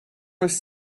was